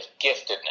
giftedness